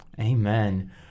Amen